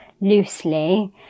loosely